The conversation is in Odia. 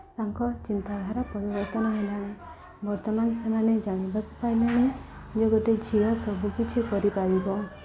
ତାଙ୍କ ଚିନ୍ତାଧାରା ପରିବର୍ତ୍ତନ ହେଲାଣି ବର୍ତ୍ତମାନ ସେମାନେ ଜାଣିବାକୁ ପାଇଲେଣି ଯେ ଗୋଟେ ଝିଅ ସବୁକିଛି କରିପାରିବ